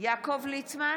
יעקב ליצמן,